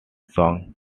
song